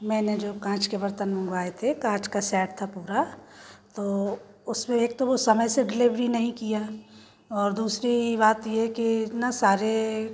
मैंने जो कांच के बर्तन मंगवा थे कांच का सेट था पूरा तो उसमें एक तो वो समय से डिलीवरी नहीं किया और दूसरी बात ये की इतना सारे